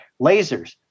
lasers